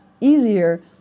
easier